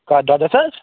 کَتھ دۄدس حظ